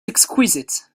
exquisite